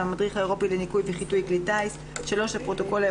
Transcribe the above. שני נושאים על סדר היום הנושא הראשון